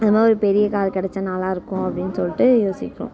அது மாதிரி ஒரு பெரிய கார் கிடச்சா நல்லாயிருக்கும் அப்படின்னு சொல்லிவிட்டு யோசிக்கிறோம்